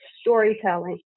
storytelling